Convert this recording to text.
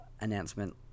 announcement